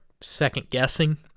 second-guessing